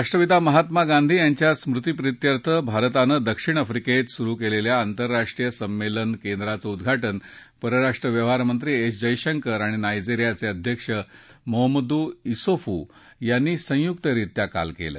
राष्ट्रपिता महात्मा गांधी यांच्या स्मृतीप्रित्यर्थ भारतानं दक्षिण आफ्रिकेत सुरु केलेल्या आंतरराष्ट्रीय संमेलन केंद्राचं उद्घाटन परराष्ट्र व्यवहारमंत्री एस जयशंकर आणि नायजेरियाचे अध्यक्ष मोहमदू इसोफू यांनी संयुक्तरित्या काल केलं